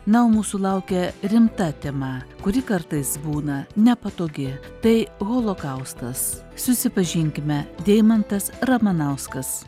na o mūsų laukia rimta tema kuri kartais būna nepatogi tai holokaustas susipažinkime deimantas ramanauskas